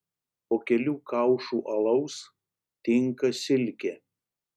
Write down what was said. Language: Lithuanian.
po kelių kaušų alaus tinka silkė